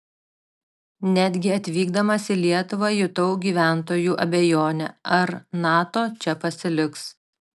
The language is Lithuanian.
netgi atvykdamas į lietuvą jutau gyventojų abejonę ar nato čia pasiliks